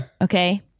Okay